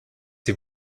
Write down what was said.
sie